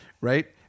Right